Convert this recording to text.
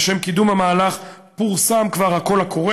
לשם קידום המהלך פורסם כבר הקול קורא